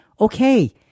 okay